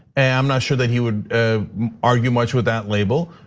i'm not sure that he would ah argue much with that label.